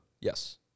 Yes